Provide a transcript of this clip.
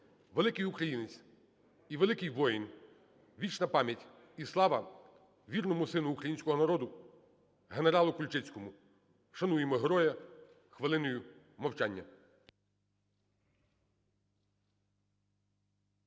Великий українець і великий воїн, вічна пам'ять і слава вірному сину українського народу генералу Кульчицькому! Вшануємо героя хвилиною мовчання.